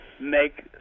make